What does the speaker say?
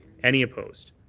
any opposed?